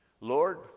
Lord